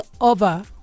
over